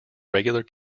regular